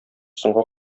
соңга